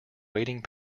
waiting